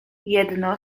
jedno